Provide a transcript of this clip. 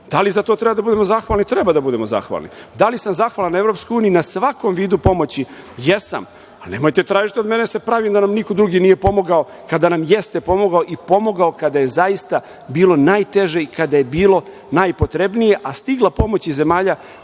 Da li za to treba da budemo zahvalni? Treba da budemo zahvalni. Da li sam zahvalan EU na svakom vidu pomoći? Jesam, ali nemojte tražiti od mene da se pravim da nam niko drugi nije pomogao kada nam jeste pomogao i pomogao kada je zaista bilo najteže i kada je bilo najpotrebnije, a stigla pomoć iz zemalja